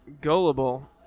Gullible